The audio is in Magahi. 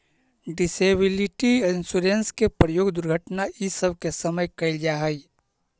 डिसेबिलिटी इंश्योरेंस के प्रयोग दुर्घटना इ सब के समय कैल जा हई